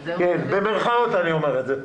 אני אומר את זה במרכאות.